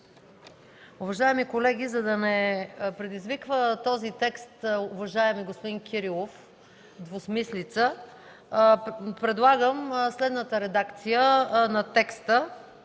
Уважаеми колеги, за да не предизвика този текст, уважаеми господин Кирилов, двусмислица, предлагам следната редакция на текста.